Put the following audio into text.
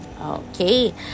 okay